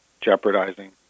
jeopardizing